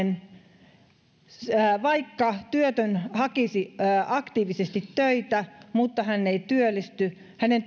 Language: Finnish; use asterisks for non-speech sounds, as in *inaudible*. totesin aktiivimalli on epäoikeudenmukainen vaikka työtön hakisi aktiivisesti töitä mutta hän ei työllisty hänen *unintelligible*